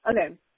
okay